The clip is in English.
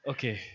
Okay